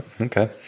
okay